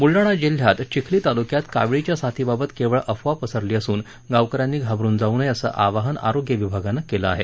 बूलडाणा जिल्ह्यात चिखली तालुक्यात काविळीच्या साथीबाबत केवळ अफवा पसरली असुन गावक यांनी घाबरुन जाऊ नये असं आवाहन आरोग्य विभागानं केलं आहे